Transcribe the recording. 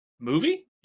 movie